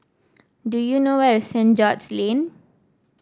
do you know where is Saint George Lane